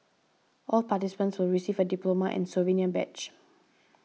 all participants will receive a diploma and souvenir badge